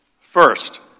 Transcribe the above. First